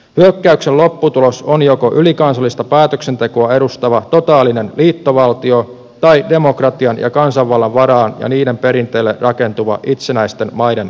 hyökkäyksen lopputulos on joko ylikansallista päätöksentekoa edustava totaalinen liittovaltio tai demokratian ja kansanvallan varaan ja niiden perinteille rakentuva itsenäisten maiden eurooppa